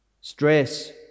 stress